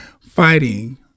fighting